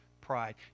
pride